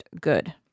good